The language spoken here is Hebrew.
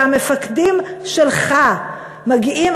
והמפקדים שלך מגיעים,